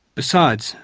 besides,